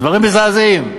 דברים מזעזעים.